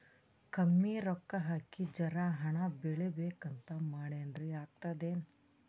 ಕಮ್ಮಿ ರೊಕ್ಕ ಹಾಕಿ ಜರಾ ಹಣ್ ಬೆಳಿಬೇಕಂತ ಮಾಡಿನ್ರಿ, ಆಗ್ತದೇನ?